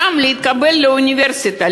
שם להתקבל לאוניברסיטה,